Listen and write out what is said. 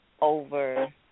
over